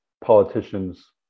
politicians